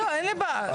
אין לי בעיה,